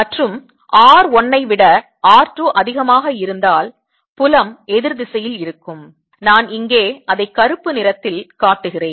மற்றும் r 1 ஐ விட r 2 அதிகமாக இருந்தால் புலம் எதிர் திசையில் இருக்கும் நான் இங்கே அதை கருப்பு நிறத்தில் காட்டுகிறேன்